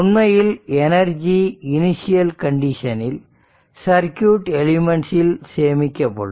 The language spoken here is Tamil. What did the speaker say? உண்மையில் எனர்ஜி இனிஷியல் கண்டிஷனில் சர்க்யூட் எலிமெண்ட்ஸ் ல் சேமிக்கப்படும்